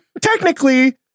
Technically